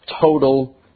total